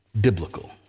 biblical